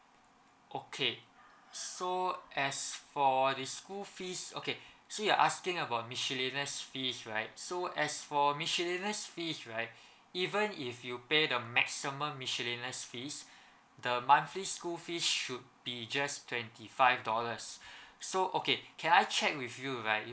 okay so as for the school fees okay so you're asking about miscellaneous fees right so as for miscellaneous fees right even if you pay the maximum miscellaneous fees the monthly school fee should be just twenty five dollars so okay can I check with you right